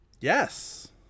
Yes